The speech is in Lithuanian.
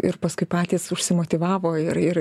ir paskui patys užsimotyvavo ir ir